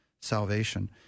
salvation